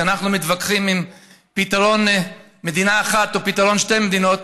כשאנחנו מתווכחים אם פתרון מדינה אחת או פתרון שתי המדינות,